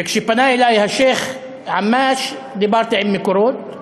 וכשפנה אלי השיח' עמאש, דיברתי עם "מקורות".